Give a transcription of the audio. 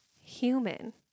human